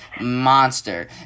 monster